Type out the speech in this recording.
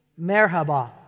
Merhaba